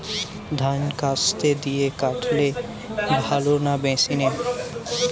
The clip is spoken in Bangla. ধান কাস্তে দিয়ে কাটলে ভালো না মেশিনে?